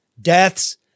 deaths